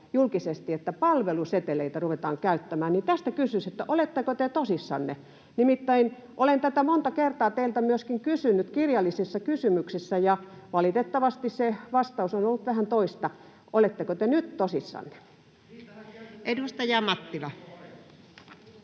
että palveluseteleitä ruvetaan käyttämään. Tästä kysyisin, oletteko te tosissanne. Nimittäin olen tätä monta kertaa teiltä kysynyt myöskin kirjallisissa kysymyksissä, ja valitettavasti se vastaus on ollut vähän toista. Oletteko te nyt tosissanne? [Aki